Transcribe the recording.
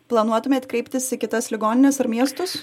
planuotumėt kreiptis į kitas ligonines ar miestus